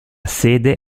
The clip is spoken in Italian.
sede